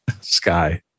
Sky